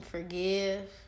Forgive